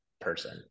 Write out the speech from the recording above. person